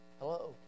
hello